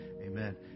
Amen